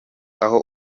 aho